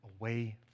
away